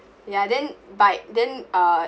ya then bite then uh